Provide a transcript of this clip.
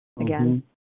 again